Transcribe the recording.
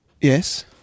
Yes